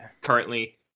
currently